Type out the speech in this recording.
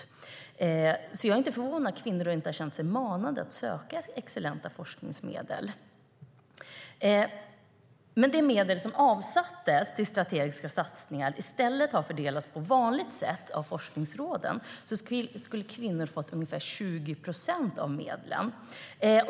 Jag är alltså inte förvånad över att kvinnor inte har känt sig manade att söka excellenta forskningsmedel. Om de medel som avsattes till strategiska satsningar i stället hade fördelats på vanligt sätt av forskningsråden skulle kvinnor ha fått ungefär 20 procent av medlen.